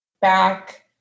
back